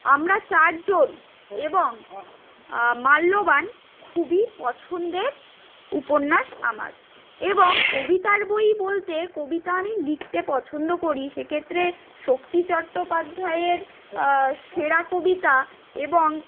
আমরা চারজন এবং মাল্যবান খুবই পছন্দের উপন্যাস আমার এবং কবিতার বই বলতে কবিতা আমি লিখতে পছন্দ করি সেক্ষেত্রে শক্তি চট্টোপাধ্যায়ের সেরা কবিতা এবং